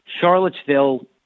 Charlottesville